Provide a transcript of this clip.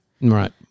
Right